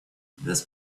this